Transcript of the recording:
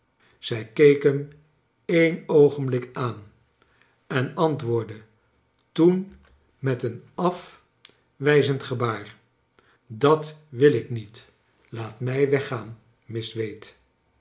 zij keek hem een oogenblik aan en antwoordde toen met een afwijzend gel aar dat wil ik niet laat mij weggaan miss wade